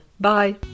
Bye